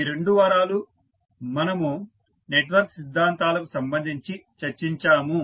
ఈ రెండు వారాలు మనము నెట్వర్క్ సిద్ధాంతాలకు సంబంధించి చర్చించాము